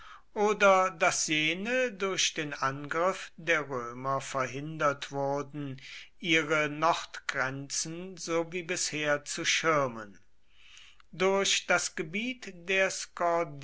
oder daß jene durch den angriff der römer verhindert wurden ihre nordgrenzen so wie bisher zu schirmen durch das gebiet der